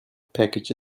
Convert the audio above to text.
package